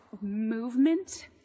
movement